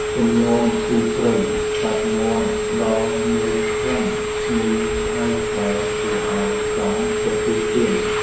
សម្លម្ជូរព្រៃសាច់មាន់ ផ្តល់នូវក្លិនឈ្ងុយប្លែកដែលគួរឱ្យចង់ទទួលទាន។